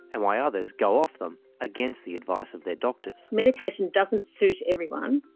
and why others go off them against the advice of their doctors. medication doesn't suit everyone,